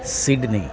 Sydney